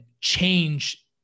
change